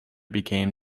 became